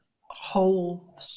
whole